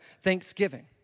thanksgiving